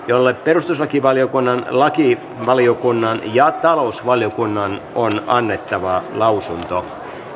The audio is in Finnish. jolle perustuslakivaliokunnan lakivaliokunnan ja talousvaliokunnan on annettava lausunto